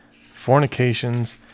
fornications